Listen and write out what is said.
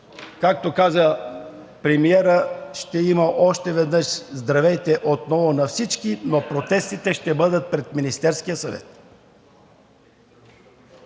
както каза премиерът, ще има още веднъж „здравейте отново на всички“, но протестите ще бъдат пред Министерския съвет.